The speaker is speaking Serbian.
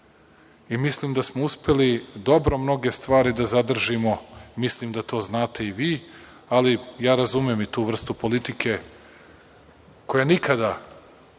Mislim da smo uspeli dobro mnoge stvari da zadržimo. Mislim da to znate i vi, ali ja razumem i tu vrstu politike koja nikada,